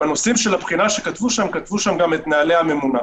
בנושאים של הבחינה כתבו שם גם את נהלי הממונה.